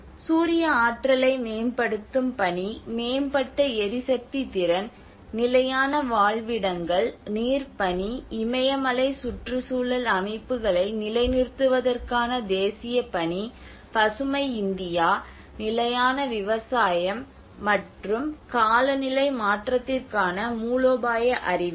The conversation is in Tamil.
சூரிய ஆற்றலை மேம்படுத்தும் பணி மேம்பட்ட எரிசக்தி திறன் நிலையான வாழ்விடங்கள் நீர் பணி இமயமலை சுற்றுச்சூழல் அமைப்புகளை நிலைநிறுத்துவதற்கான தேசிய பணி பசுமை இந்தியா நிலையான விவசாயம் மற்றும் காலநிலை மாற்றத்திற்கான மூலோபாய அறிவு